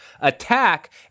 attack